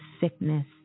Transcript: sickness